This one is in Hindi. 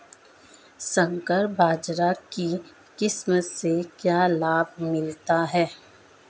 संकर बाजरा की किस्म से क्या लाभ मिलता है?